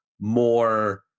more